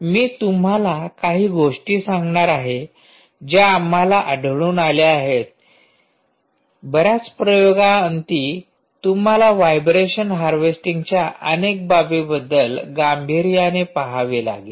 मी तुम्हाला काही गोष्टी सांगणार आहे ज्या आम्हाला आढळून आल्या आहेत बऱ्याच प्रयोगाअंती तुम्हाला व्हायब्रेशन हार्वेस्टिंगच्या अनेक बाबीबद्दल गांभीर्याने पाहावे लागेल